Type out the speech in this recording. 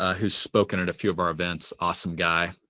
ah who's spoken in a few of our events, awesome guy.